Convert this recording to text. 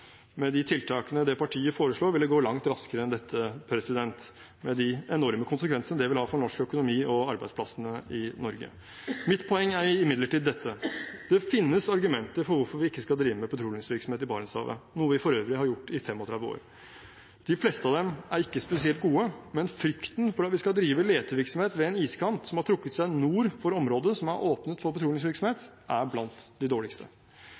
Med de tiltakene det partiet foreslår, vil det gå langt raskere enn dette – med de enorme konsekvensene det vil ha for norsk økonomi og arbeidsplassene i Norge. Mitt poeng er imidlertid dette: Det finnes argumenter for ikke å drive med petroleumsvirksomhet i Barentshavet, noe vi for øvrig har gjort i 35 år. De fleste av dem er ikke spesielt gode, men argumentet om frykten for at vi skal drive letevirksomhet ved en iskant som har trukket seg nord for området som er åpnet for petroleumsvirksomhet, er blant de dårligste.